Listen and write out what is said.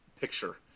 picture